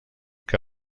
què